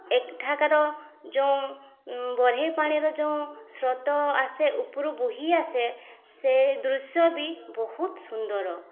ଏଠାକାର ଯେଉଁ ବରେହି ପାଣିର ଯେଉଁ ଶ୍ରୋତ ଆସେ ଉପରୁ ବୋହି ଆସେ ସେ ଦୃଶ୍ୟ ବି ବହୁତ ସୁନ୍ଦର